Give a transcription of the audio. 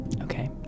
Okay